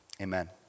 amen